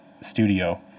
studio